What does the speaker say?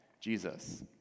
Jesus